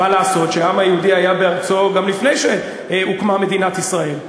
מה לעשות שהעם היהודי היה בארצו גם לפני שהוקמה מדינת ישראל.